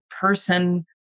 person